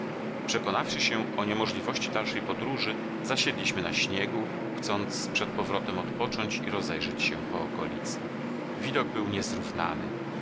przekonawszy się o niemożliwości dalszej podróży zasiedliśmy na śniegu chcąc przed powrotem odpocząć i rozejrzeć się po okolicy widok